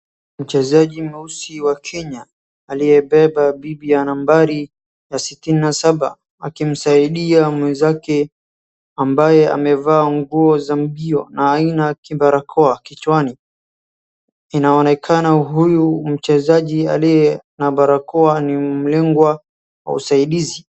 Mchezaji mweusi wa Kenya aliyebeba bibi ya nambari ya sitini na saba akimsaidia mwenzake ambaye amevaa nguo za mbio na aina ya kibarakoa kichwani. Inaonekana huyu mchezaji aliye na barakoa ni mlengwa wa usaidizi.